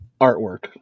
Artwork